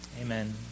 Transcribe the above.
Amen